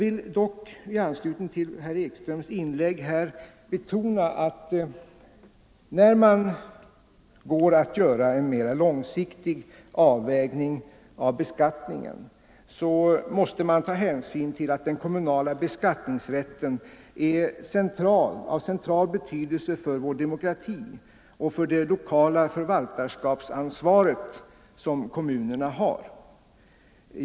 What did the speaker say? I anslutning till herr Ekströms inlägg vill jag dock betona, att när man går att göra en mera långsiktig avvägning av beskattningen måste hänsyn tas till att den kommunala beskattningsrätten är av central betydelse för vår demokrati och för det lokala förvaltarskapsansvar som kommunerna har.